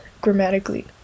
grammatically